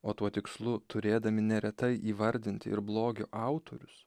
o tuo tikslu turėdami neretai įvardinti ir blogio autorius